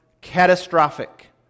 catastrophic